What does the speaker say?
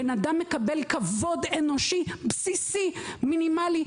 בן אדם מקבל כבוד אנושי בסיסי ומינימלי,